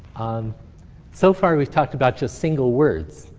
um so far we've talked about just single words.